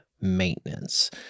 maintenance